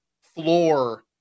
floor